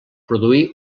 produir